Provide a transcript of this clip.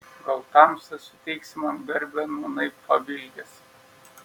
gal tamsta suteiksi man garbę nūnai pavilgęs